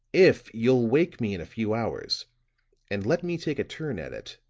if you'll wake me in a few hours and let me take a turn at it.